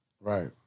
Right